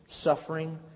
suffering